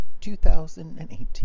2018